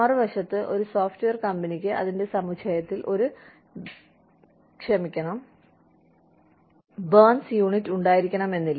മറുവശത്ത് ഒരു സോഫ്റ്റ്വെയർ കമ്പനിക്ക് അതിന്റെ സമുച്ചയത്തിൽ ഒരു ബേൺസ് യൂണിറ്റ് ഉണ്ടായിരിക്കണമെന്നില്ല